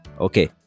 Okay